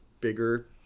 bigger